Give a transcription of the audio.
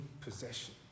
possession